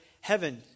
heaven